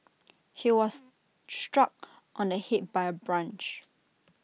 he was struck on the Head by A branch